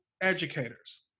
educators